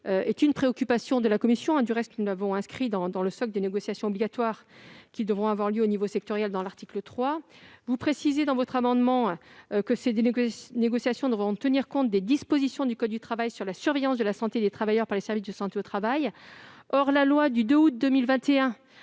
une préoccupation de la commission. Du reste, nous l'avons inscrite à l'article 3 dans le socle des négociations obligatoires qui devront avoir lieu au niveau sectoriel. Vous précisez dans votre amendement que ces négociations devront tenir compte des dispositions du code du travail sur la surveillance de la santé des travailleurs par les services de santé au travail. Or la loi du 2 août 2021